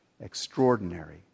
extraordinary